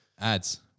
ads